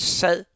sad